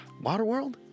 Waterworld